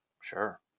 Sure